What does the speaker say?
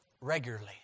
regularly